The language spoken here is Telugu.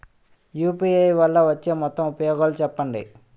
యు.పి.ఐ వల్ల వచ్చే మొత్తం ఉపయోగాలు చెప్పండి?